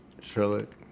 Charlotte